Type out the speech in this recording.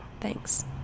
Thanks